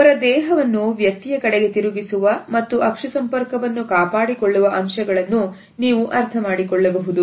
ಒಬ್ಬರ ದೇಹವನ್ನು ವ್ಯಕ್ತಿಯ ಕಡೆಗೆ ತಿರುಗಿಸುವ ಮತ್ತು ಅಕ್ಷಿ ಸಂಪರ್ಕವನ್ನು ಕಾಪಾಡಿಕೊಳ್ಳುವ ಅಂಶಗಳನ್ನು ನೀವು ಅರ್ಥ ಮಡಿಕೊಳ್ಳಬಹುದು